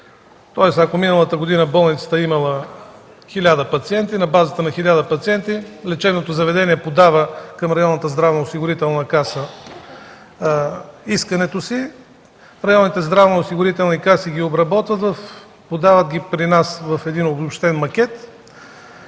помощ. Ако миналата година болницата е имала 1000 пациенти, на базата на 1000 пациенти лечебното заведение подава към районната здравноосигурителна каса искането си. Районните здравноосигурителни каси ги обработват, подават ги при нас в обобщен макет,